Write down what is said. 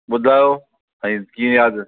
ॿुधायो साईं कीअं यादि